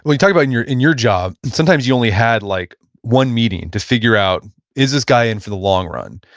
talked about in your in your job and sometimes you only had like one meeting to figure out is this guy in for the long run?